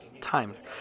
times